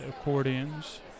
accordions